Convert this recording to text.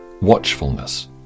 Watchfulness